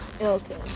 Okay